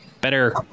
better